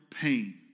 pain